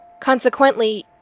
Consequently